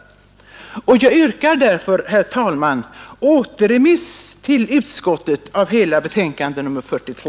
Jag yrkar därför, herr talman, återremiss till utskottet av hela socialutskottets betänkande nr 42.